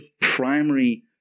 primary